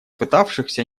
пытавшихся